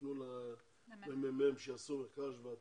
תפנו למרכז המחקר והמידע